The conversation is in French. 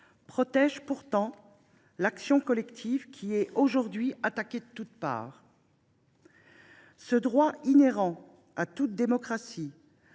protègent l’action collective, qui est aujourd’hui attaquée de toutes parts. Ce droit, inhérent à toute démocratie,